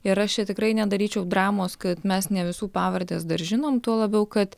ir aš čia tikrai nedaryčiau dramos kad mes ne visų pavardes dar žinom tuo labiau kad